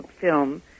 film